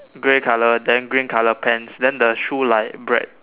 grey colour then green colour pants then the shoe like bread